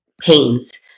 pains